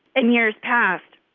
in years past,